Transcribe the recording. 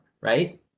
right